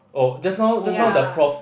oh just now just now the prof